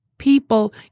people